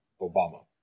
Obama